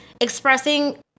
expressing